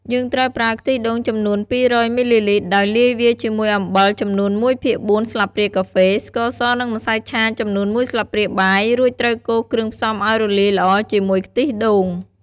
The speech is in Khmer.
យើងត្រូវប្រើខ្ទិះដូងចំនួន ២០០មីលីលីត្រ ដោយលាយវាជាមួយអំបិល ចំនួន ១ភាគ៤ ស្លាបព្រាកាហ្វេ ស្ករស និងម្សៅឆាចំនួន មួយស្លាបព្រាបាយ រួចត្រូវកូរគ្រឿងផ្សំឱ្យរលាយល្អជាមួយខ្ទិះដូង។